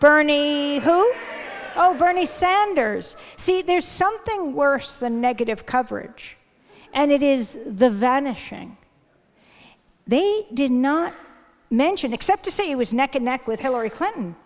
bernie oh bernie sanders see there's something worse than negative coverage and it is the vanishing they did not mention except to say it was neck and neck with hillary clinton